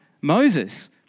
Moses